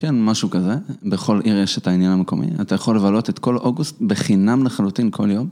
כן, משהו כזה, בכל עיר יש את העניין המקומי. אתה יכול לבלות את כל אוגוסט בחינם לחלוטין כל יום.